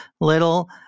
little